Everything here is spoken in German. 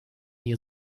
ihr